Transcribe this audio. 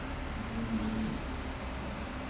ᱡᱮᱢᱚᱱ ᱟᱹᱞᱤᱧ